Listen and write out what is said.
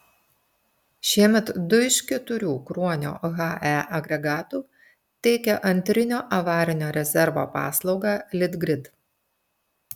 šiemet du iš keturių kruonio hae agregatų teikia antrinio avarinio rezervo paslaugą litgrid